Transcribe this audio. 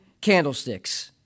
candlesticks